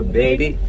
baby